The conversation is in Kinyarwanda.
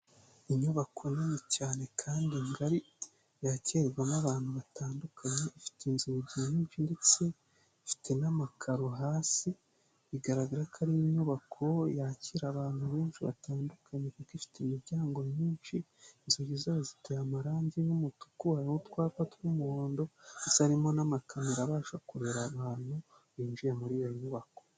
Inyubako nini cyane kandi ngari yakirirwamo abantu batandukanye, ifite inzugi nyinshi ndetse ifite n'amakaro hasi bigaragara ko ari inyubako yakira abantu benshi batandukanye. Ifite imiryango myinshi in inzugi zayo ziteye amarangi y'umutuku n'utwapa tw'umuhondo zarimo n'amakamera abasha kurera abantu binjiye muri iyo nyubako.